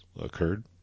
occurred